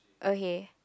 okay